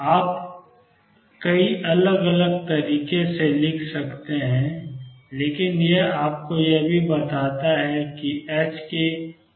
आप कई अलग अलग तरीकों से लिख सकते हैं लेकिन यह आपको यह भी बताता है कि ℏkप्रकाश का मोमेंटम है